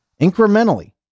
Incrementally